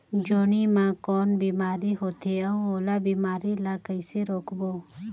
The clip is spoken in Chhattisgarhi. जोणी मा कौन बीमारी होथे अउ ओला बीमारी ला कइसे रोकबो?